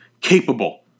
capable